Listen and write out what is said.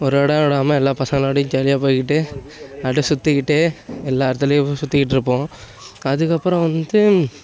ஒரு இடம் விடாமல் எல்லா பசங்களோடையும் ஜாலியாக போயிக்கிட்டு அப்படியே சுற்றிக்கிட்டு எல்லா இடத்துலையும் சுற்றிக்கிட்ருப்போம் க அதுக்கப்புறம் வந்து